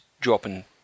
dropping